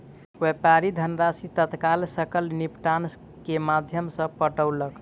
व्यापारी धनराशि तत्काल सकल निपटान के माध्यम सॅ पठौलक